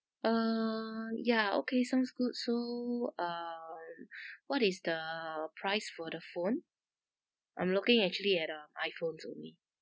uh ya okay sounds good so um what is the price for the phone I'm looking actually at uh iPhones only